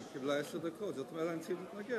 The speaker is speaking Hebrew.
היא קיבלה עשר דקות, זאת אומרת אני צריך להתנגד?